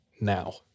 now